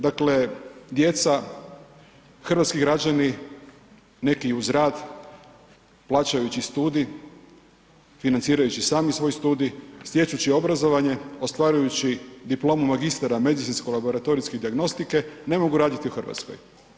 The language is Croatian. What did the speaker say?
Dakle, djeca, hrvatski građani neki i uz rad plaćajući studij, financirajući sami svoj studij stječući obrazovanje, ostvarujući diplomu magistara medicinsko-laboratorijske dijagnostike ne mogu raditi u Hrvatskoj.